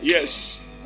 Yes